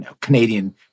Canadian